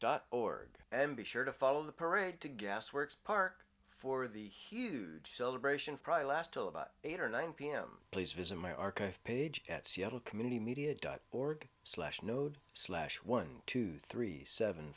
dot org and be sure to follow the parade to gasworks park for the huge celebrations probably last till about eight or nine pm please visit my archive page at seattle community media dot org slash node slash one two three seven